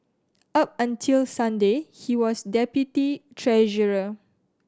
up until Sunday he was deputy treasurer